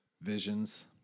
Visions